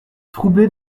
troublée